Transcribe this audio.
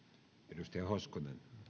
arvoisa herra puhemies